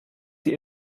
die